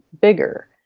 bigger